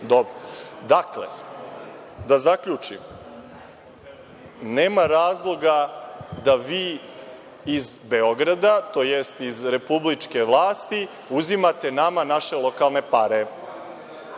Dobro. Dakle, da zaključim, nema razloga da vi iz Beograda, tj. iz republičke vlasti, uzimate nama naše lokalne pare.